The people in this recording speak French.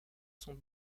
sont